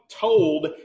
told